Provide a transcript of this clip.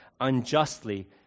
unjustly